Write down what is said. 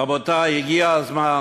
רבותי, הגיע הזמן